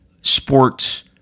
sports